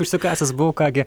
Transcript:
užsikasęs buvau ką gi